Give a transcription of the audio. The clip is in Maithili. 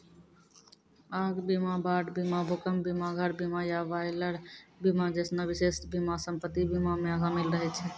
आग बीमा, बाढ़ बीमा, भूकंप बीमा, घर बीमा या बॉयलर बीमा जैसनो विशेष बीमा सम्पति बीमा मे शामिल रहै छै